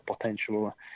potential